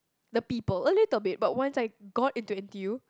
the people a little bit but once I got into N_T_U